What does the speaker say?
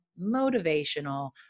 motivational